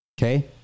Okay